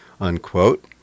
unquote